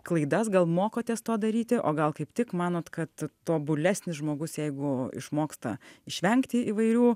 klaidas gal mokotės to daryti o gal kaip tik manot kad tobulesnis žmogus jeigu išmoksta išvengti įvairių